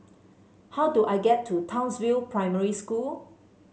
how do I get to Townsville Primary School